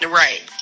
right